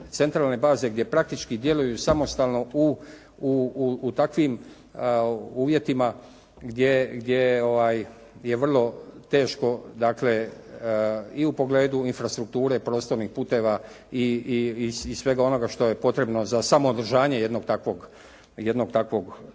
centralne baze gdje praktički djeluju samostalno u takvim uvjetima gdje je vrlo teško i u pogledu infrastrukture, prostornih puteva i svega onoga što je potrebno za samoodržanje jednog takvog tima.